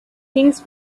things